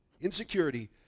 Insecurity